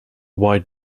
wide